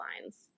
lines